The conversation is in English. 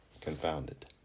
confounded